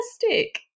Fantastic